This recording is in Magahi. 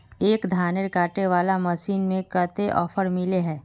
एक धानेर कांटे वाला मशीन में कते ऑफर मिले है?